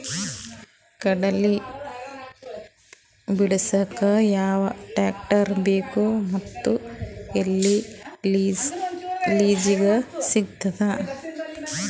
ಕಡಲಿ ಬಿಡಸಕ್ ಯಾವ ಟ್ರ್ಯಾಕ್ಟರ್ ಬೇಕು ಮತ್ತು ಎಲ್ಲಿ ಲಿಜೀಗ ಸಿಗತದ?